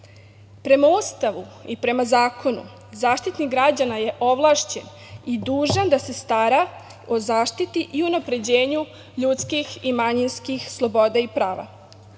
Ustavu i prema zakonu Zaštitnik građana je ovlašćen i dužan da se stara o zaštiti i unapređenju ljudskih i manjinskih sloboda i